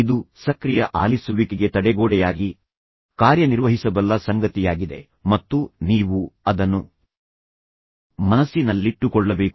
ಆದ್ದರಿಂದ ಇದು ಸಕ್ರಿಯ ಆಲಿಸುವಿಕೆಗೆ ತಡೆಗೋಡೆಯಾಗಿ ಕಾರ್ಯನಿರ್ವಹಿಸಬಲ್ಲ ಸಂಗತಿಯಾಗಿದೆ ಮತ್ತು ನೀವು ಅದನ್ನು ಮನಸ್ಸಿನಲ್ಲಿಟ್ಟುಕೊಳ್ಳಬೇಕು